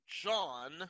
John